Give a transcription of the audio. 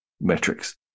metrics